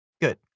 Good